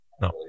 no